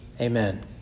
Amen